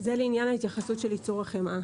זה לעניין ההתייחסות לייצור החמאה.